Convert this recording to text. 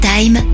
Time